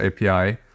api